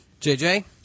JJ